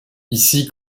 ici